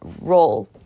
role